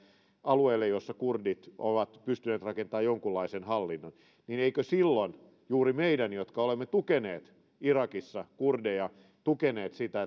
alueelle jolla kurdit ovat pystyneet rakentamaan jonkunlaisen hallinnon niin eikö silloin juuri meidän jotka olemme tukeneet irakissa kurdeja tukeneet sitä